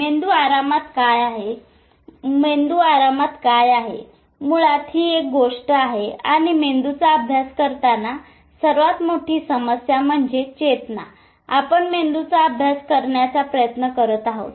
मेंदू आरामात काय आहे मेंदू आरामात काय आहे मुळात ही एक गोष्ट आहे आणि मेंदूचा अभ्यास करताना सर्वात मोठी समस्या म्हणजे चेतना आपण मेंदूचा अभ्यास करण्याचा प्रयत्न करत आहोत